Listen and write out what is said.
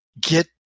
get